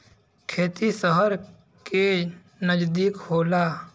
खेती सहर के नजदीक होला